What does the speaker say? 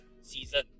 season